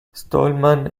stallman